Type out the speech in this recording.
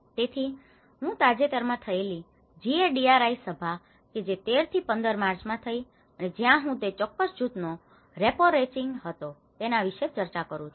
તેથી હું તાજેતરમાં થયેલી જીએડીઆરઆઈ સભા કે જે 13 થી 15 માર્ચ માં થઇ હતી અને જ્યાં હું તે ચોક્કસ જૂથનો રેપોરેચિંગ હતો તેના વિશે ચર્ચા કરવા જઈ રહ્યો છું